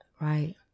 Right